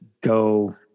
go